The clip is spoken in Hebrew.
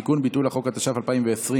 4) (תיקון, ביטול החוק), התש"ף 2020,